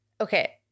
Okay